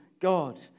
God